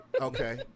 okay